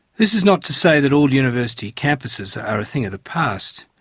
this is not to say that all university campuses are a thing of the past.